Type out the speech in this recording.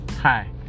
Hi